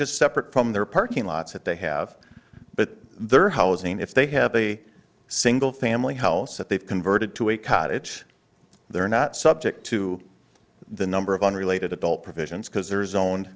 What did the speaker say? just separate from their parking lots that they have but their housing if they have a single family house that they've converted to a cottage they're not subject to the number of unrelated adult provisions because there is own